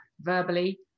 verbally